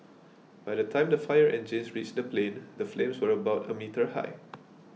by the time the fire engines reached the plane the flames were about a meter high